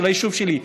של היישוב שלי,